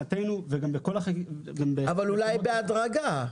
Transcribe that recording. אבל אולי בהדרגה.